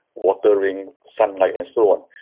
watering, sunlight and so on.